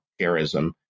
charism